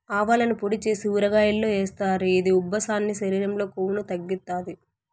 ఆవాలను పొడి చేసి ఊరగాయల్లో ఏస్తారు, ఇది ఉబ్బసాన్ని, శరీరం లో కొవ్వును తగ్గిత్తాది